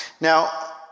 Now